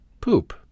poop